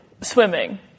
swimming